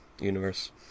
universe